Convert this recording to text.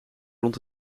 rond